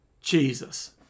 Jesus